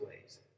ways